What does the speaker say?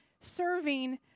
serving